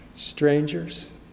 Strangers